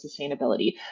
sustainability